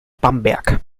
bamberg